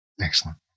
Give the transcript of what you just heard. Excellent